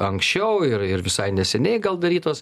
anksčiau ir ir visai neseniai gal darytos